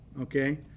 Okay